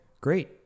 great